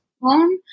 phone